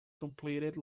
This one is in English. completed